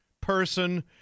person